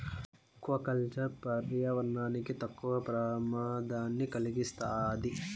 aqua culture పర్యావరణానికి తక్కువ ప్రమాదాన్ని కలిగిస్తాది